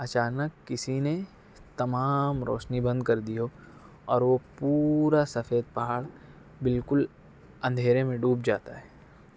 اچانک کسی نے تمام روشنی بند کر دی ہو اور وہ پورا سفید پہاڑ بالکل اندھیرے میں ڈوب جاتا ہے